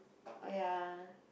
oh ya